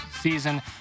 season